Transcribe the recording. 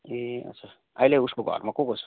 ए अच्छा अहिले उसको घरमा को को छ